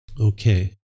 Okay